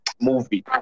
movie